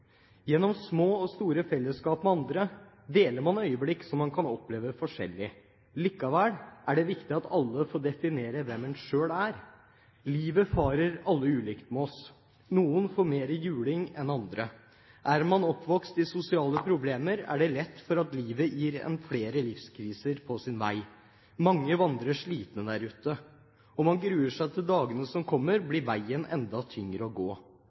Gjennom små og store fellesskap med andre deler man øyeblikk som man kan oppleve forskjellig. Likevel er det viktig at alle får definere hvem en selv er. Livet farer ulikt med oss alle. Noen får mer juling enn andre. Har man vokst opp med sosiale problemer, er det lett at livet gir en flere livskriser på veien. Mange vandrer slitne der ute. Om man gruer seg til dagene som kommer, blir veien enda tyngre å gå.